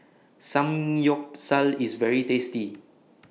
Samgyeopsal IS very tasty